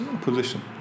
position